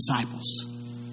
disciples